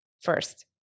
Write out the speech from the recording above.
first